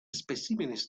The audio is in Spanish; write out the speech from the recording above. especímenes